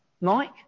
Mike